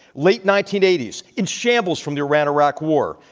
late nineteen eighty s, in shambles from the iran-iraq war,